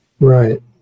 Right